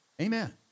Amen